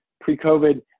pre-COVID